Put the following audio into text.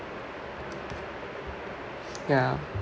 ya